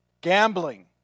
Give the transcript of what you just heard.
Gambling